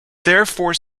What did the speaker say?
therefore